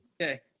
Okay